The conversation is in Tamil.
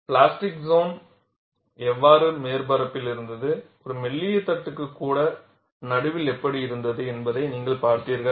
பிளாஸ்டிக் சோன் எவ்வாறு மேற்பரப்பில் இருந்தது ஒரு மெல்லிய தட்டுக்கு கூட நடுவில் எப்படி இருந்தது என்பதை நீங்கள் பார்த்தீர்கள்